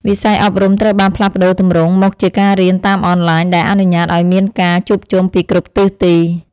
វិស័យអប់រំត្រូវបានផ្លាស់ប្តូរទម្រង់មកជាការរៀនតាមអនឡាញដែលអនុញ្ញាតឱ្យមានការជួបជុំពីគ្រប់ទិសទី។